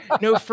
no